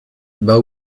ben